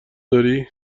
درای